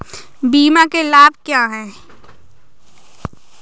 बीमा के लाभ क्या हैं?